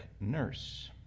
nurse